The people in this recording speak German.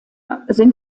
lutheraner